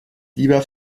lieber